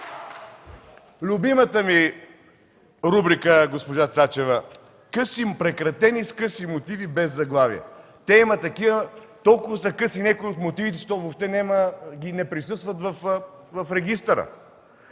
Любимата ми рубрика, госпожо Цачева – прекратени с къси мотиви, без заглавия. Толкова са къси някои от мотивите, че въобще не присъстват в регистъра.